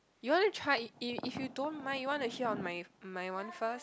you want to try if if if you don't mind you want to hear on my my my one first